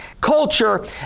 culture